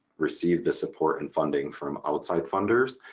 receive the support and funding from outside funders,